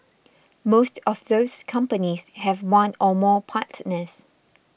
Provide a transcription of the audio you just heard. most of those companies have one or more partners